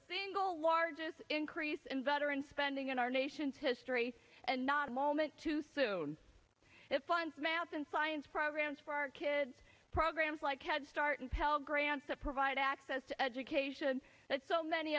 single largest increase in veteran spending in our nation's history and not a moment too soon it finds math and science programs for our kids programs like head start and pell grants to provide access to education that so many